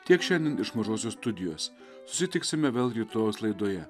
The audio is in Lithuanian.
tiek šiandien iš mažosios studijos sutiksime vėlgi tos laidoje